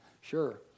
Sure